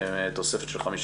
תוספת של 15%,